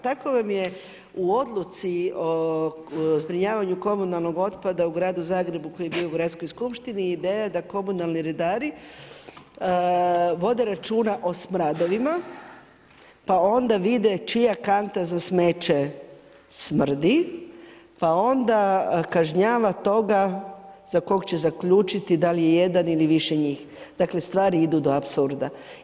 Tako vam je u odluci o zbrinjavanju komunalnog otpada u gradu Zagrebu koji je bio u Gradskoj skupštini ideja da komunalni redari vode računa o smradovima, pa onda vide čija kanta za smeće smrdi, pa onda kažnjava toga za kog će zaključiti da li je jedan ili više njih, dakle stvari idu do apsurda.